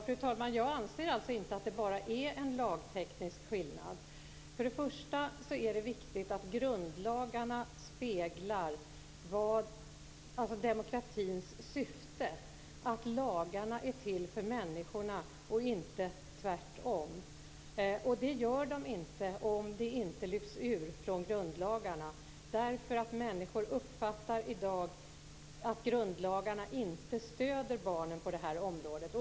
Fru talman! Jag anser alltså inte att det bara är en lagteknisk skillnad. Till att börja med är det viktigt att grundlagarna speglar demokratins syfte, att lagarna är till för människorna och inte tvärtom. Så blir det inte om detta inte lyfts bort från grundlagarna. Människorna uppfattar inte i dag att grundlagarna stöder barnen på det här området.